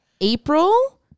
April